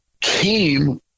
came